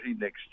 next